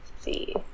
see